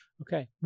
Okay